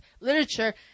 literature